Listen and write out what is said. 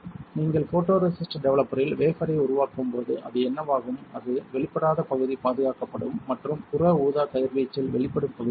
நீங்கள் ஃபோட்டோரெசிஸ்ட் டெவலப்பரில் வேஃபரை உருவாக்கும்போது அது என்னவாகும் அது வெளிப்படாத பகுதி பாதுகாக்கப்படும் மற்றும் புற ஊதா கதிர்வீச்சில் வெளிப்படும் பகுதி வளரும்